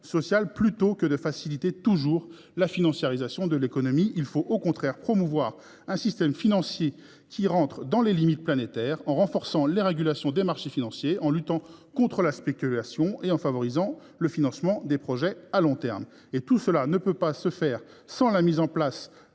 sociale. Plutôt que de faciliter toujours la financiarisation de l’économie, il faut au contraire promouvoir un système financier qui entre dans les limites planétaires, en renforçant la régulation des marchés financiers, en luttant contre la spéculation et en favorisant le financement des projets à long terme. Tout cela ne peut se faire sans des mécanismes